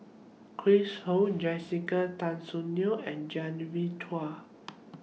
Chris Ho Jessica Tan Soon Neo and Genevieve Chua